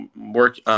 work